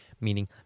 meaning